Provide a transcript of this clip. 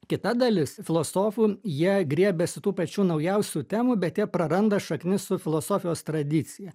kita dalis filosofų jie griebiasi tų pačių naujausių temų bet jie praranda šaknis su filosofijos tradicija